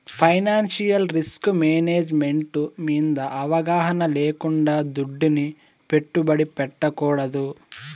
financial risk management మింద అవగాహన లేకుండా దుడ్డుని పెట్టుబడి పెట్టకూడదు